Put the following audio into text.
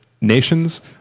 nations